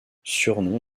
surnom